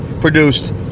produced